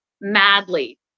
madly